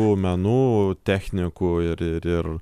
tų menų technikų ir ir ir